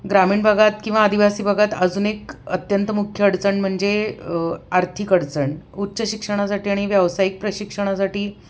ग्रामीण भागात किंवा आदिवासी भागात अजून एक अत्यंत मुख्य अडचण म्हणजे आर्थिक अडचण उच्च शिक्षणासाठी आणि व्यावसायिक प्रशिक्षणासाठी